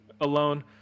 alone